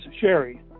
Sherry